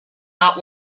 not